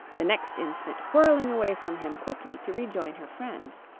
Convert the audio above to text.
the next instant whirling away from him quickly to rejoin her friends.